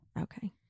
Okay